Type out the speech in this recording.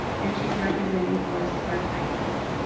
and she's representing for us park high school.